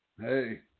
Hey